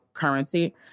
Currency